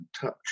touch